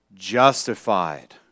justified